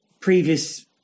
previous